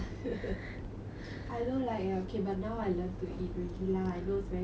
I don't like lah okay but now I learnt to eat already lah I know it's very unhealthy